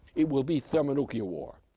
it will be thermonuclear war,